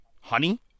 Honey